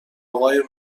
آقای